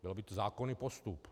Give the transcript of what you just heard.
Byl by to zákonný postup.